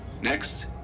Next